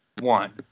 one